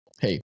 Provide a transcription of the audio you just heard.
hey